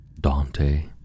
Dante